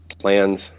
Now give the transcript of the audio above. plans